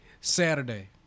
Saturday